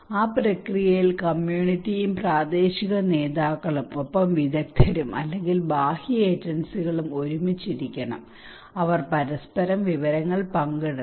ആ പ്രക്രിയയിൽ കമ്മ്യൂണിറ്റിയും പ്രാദേശിക നേതാക്കളും ഒപ്പം വിദഗ്ധരും അല്ലെങ്കിൽ ബാഹ്യ ഏജൻസികളും ഒരുമിച്ച് ഇരിക്കണം അവർ പരസ്പരം വിവരങ്ങൾ പങ്കിടണം